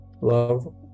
love